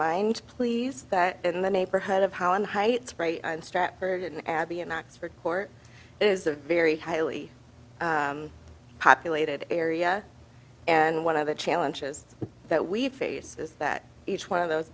mind please that in the neighborhood of holland heights bright and stratford in abyan oxford court is a very highly populated area and one of the challenges that we face is that each one of those